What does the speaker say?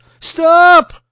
Stop